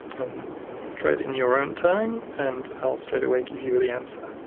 and try it in your own time and i'll straightaway give you the answer.